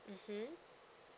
mmhmm